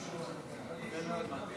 עדיף שהוא יתפטר או יפוטר,